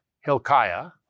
Hilkiah